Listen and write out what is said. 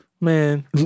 Man